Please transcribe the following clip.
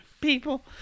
people